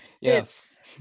Yes